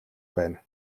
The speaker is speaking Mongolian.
байна